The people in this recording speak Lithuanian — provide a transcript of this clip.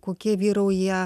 kokie vyrauja